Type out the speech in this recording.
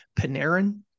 panarin